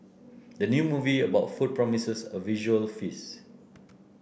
the new movie about food promises a visual feast